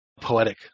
poetic